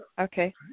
okay